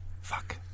Fuck